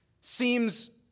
seems